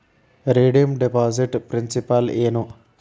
redeem deposit principal ಏನು